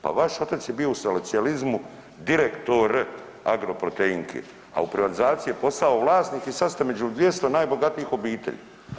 Pa vaš otac je bio u socijalizmu direktor Agroproteinke, a u privatizaciji je postao vlasnik i sad ste među 200 najbogatijih obitelji.